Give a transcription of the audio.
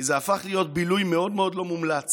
כי זה הפך להיות בילוי מאוד מאוד לא מומלץ,